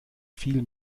viel